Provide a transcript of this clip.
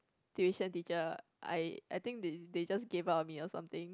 tuition teacher I I think they they just gave up on me or something